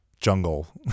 jungle